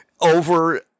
over